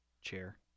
chair